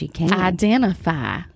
identify